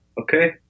Okay